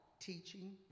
Teaching